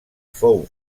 fou